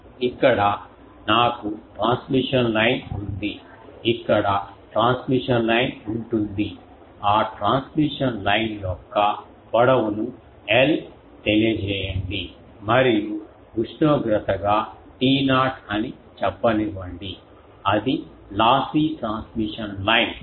ఇక్కడ నాకు transmission line ఉంది ఇక్కడ ట్రాన్స్మిషన్ లైన్ ఉంటుంది ఆ ట్రాన్స్మిషన్ లైన్ యొక్క పొడవును l తెలియజేయండి మరియు ఉష్ణోగ్రతగా To అని చెప్పనివ్వండి అది లాస్సీ ట్రాన్స్మిషన్ లైన్